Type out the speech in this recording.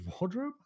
wardrobe